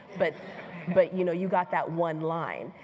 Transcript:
but but you know, you got that one line.